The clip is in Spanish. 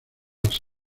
las